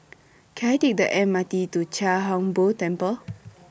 Can I Take The M R T to Chia Hung Boo Temple